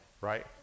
right